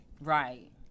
Right